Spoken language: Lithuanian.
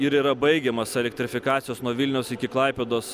ir yra baigiamas elektrifikacijos nuo vilniaus iki klaipėdos